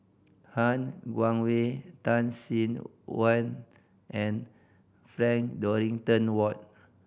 Han Guangwei Tan Sin Aun and Frank Dorrington Ward